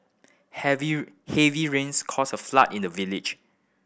heavy heavy rains caused a flood in the village